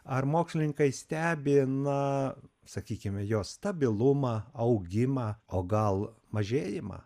ar mokslininkai stebi na sakykime jo stabilumą augimą o gal mažėjimą